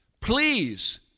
Please